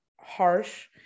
harsh